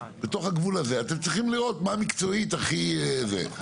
בתוך הגבול הזה אתם צריכים לראות מה מקצועית הכי זה.